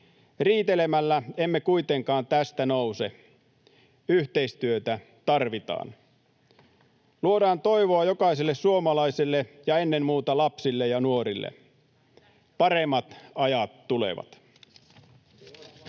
Riitelemällä emme kuitenkaan tästä nouse. Yhteistyötä tarvitaan. Luodaan toivoa jokaiselle suomalaiselle ja ennen muuta lapsille ja nuorille. Paremmat ajat tulevat.